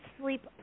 sleep